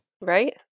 right